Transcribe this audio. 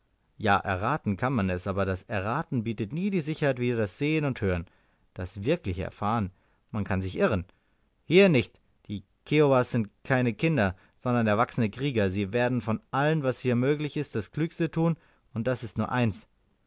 ja erraten kann man es aber das erraten bietet nie die sicherheit wie das sehen und hören das wirkliche erfahren man kann sich irren hier nicht die kiowas sind keine kinder sondern erwachsene krieger sie werden von allem was hier möglich ist das klügste tun und das ist nur eins